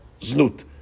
znut